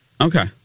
Okay